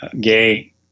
gay